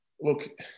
look